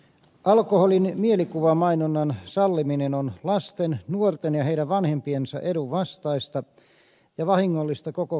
alkoholin mielikuvamainonnan salliminen on lasten nuorten ja heidän vanhempiensa edun vastaista ja vahingollista koko kansanterveydelle